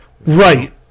Right